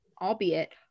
albeit